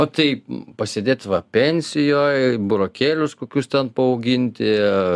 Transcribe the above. o tai pasėdėt va pensijoj burokėlius kokius ten paauginti